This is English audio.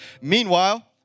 Meanwhile